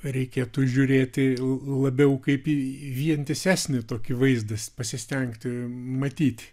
reikėtų žiūrėti labiau kaip į vientisesnį tokį vaizdas pasistengti matyti